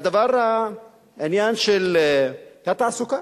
עניין התעסוקה,